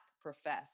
profess